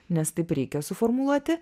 nes taip reikia suformuluoti